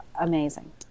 amazing